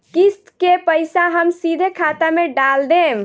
किस्त के पईसा हम सीधे खाता में डाल देम?